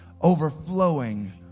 overflowing